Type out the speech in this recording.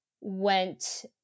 went